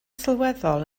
sylweddol